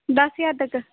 दस्स ज्हार तक्क